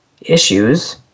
issues